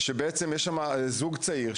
זה שבעצם יש שם זוג צעיר,